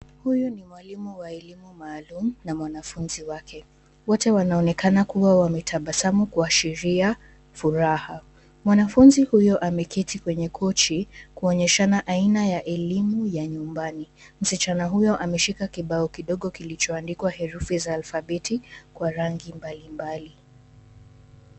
Huyu ni mwalimu wa elimu maalum na mwanafunzi wake. Wote wanaonekana kuwa wametabasamu kuashiria furaha. Mwanafunzi huyo ameketi kwenye kochi, kuonyeshana aina ya elimu ya nyumbani. Msichana huyo ameshika kibao kidogo kilichoandikwa herufi za alfabeti kwa rangi mbalimbali.